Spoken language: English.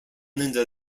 linda